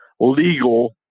legal